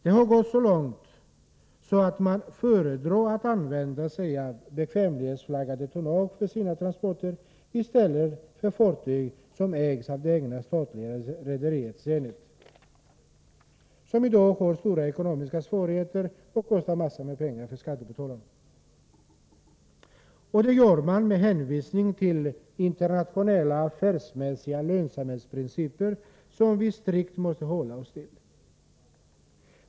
Det har gått så långt att man föredrar att använda bekvämlighetsflaggat tonnage för sina transporter i stället för båtar som ägs av det egna statliga rederiet Zenit, som i dag har stora ekonomiska svårigheter och kostar skattebetalarna massor av pengar. Man gör detta med hänvisning till internationella affärsmässiga lönsamhetsprinciper, som vi strikt måste hålla oss till.